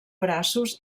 braços